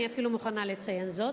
אני אפילו מוכנה לציין זאת,